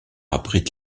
abrite